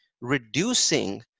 reducing